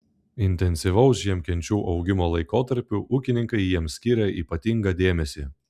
intensyvaus žiemkenčių augimo laikotarpiu ūkininkai jiems skyrė ypatingą dėmesį